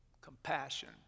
compassion